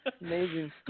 Amazing